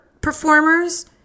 performers